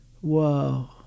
Whoa